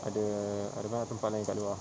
ada ada banyak tempat lain kat luar